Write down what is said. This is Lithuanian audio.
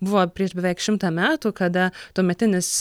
buvo prieš beveik šimtą metų kada tuometinis